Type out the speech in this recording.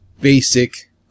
basic